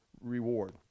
reward